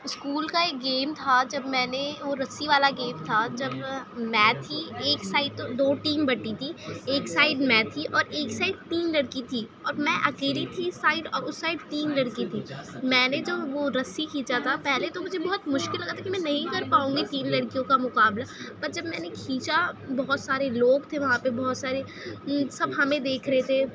school کا ایک game تھا جب میں نے وہ رسّی والا گیم تھا جب میں تھی ایک سائڈ تو دو ٹیم بٹی تھی ایک سائڈ میں تھی اور ایک سائڈ تین لڑکی تھی اور میں اکیلی تھی اس سائڈ اور اس سائڈ تین لڑکی تھی میں نے جو وہ رسّی کھینچا تھا پہلے تو مجھے بہت مشکل لگا تھا کہ میں نہیں کر پاؤں گی تین لڑکیوں کا مقابلہ پر جب میں نے کھینچا بہت سارے لوگ تھے وہاں پہ بہت سارے سب ہمیں دیکھ رہے تھے